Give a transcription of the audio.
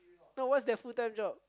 no what's that full time job